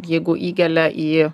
jeigu įgelia į